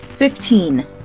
Fifteen